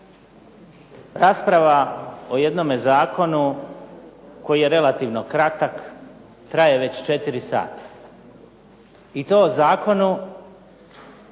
Rasprava o jednome zakonu koji je relativno kratak traje već četiri sata i to o zakonu